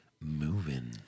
moving